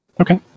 okay